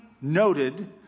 noted